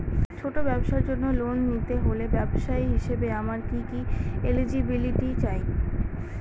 ছোট ব্যবসার জন্য লোন নিতে হলে ব্যবসায়ী হিসেবে আমার কি কি এলিজিবিলিটি চাই?